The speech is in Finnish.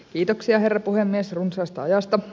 kiitoksia herra puhemies runsaasta ajasta